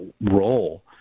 role